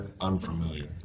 unfamiliar